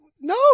No